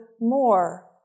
more